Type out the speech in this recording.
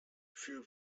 für